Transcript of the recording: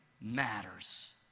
matters